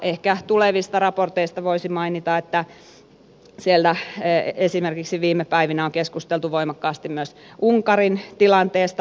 ehkä tulevista raporteista voisi mainita että siellä esimerkiksi viime päivinä on keskusteltu voimakkaasti myös unkarin tilanteesta